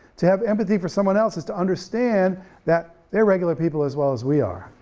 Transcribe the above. to have empathy for someone else is to understand that they're regular people as well as we are,